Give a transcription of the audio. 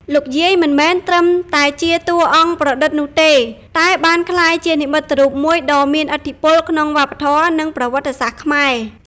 លោកយាយមិនមែនត្រឹមតែជាតួអង្គប្រឌិតនោះទេ តែបានក្លាយជានិមិត្តរូបមួយដ៏មានឥទ្ធិពលក្នុងវប្បធម៌ និងប្រវត្តិសាស្ត្រខ្មែរ។